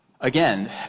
Again